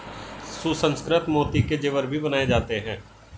सुसंस्कृत मोती के जेवर भी बनाए जाते हैं